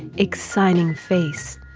exciting face,